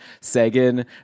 Sagan